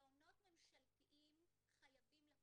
מעונות ממשלתיים חייבים לקום,